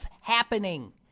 happening